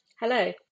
Hello